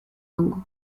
hongo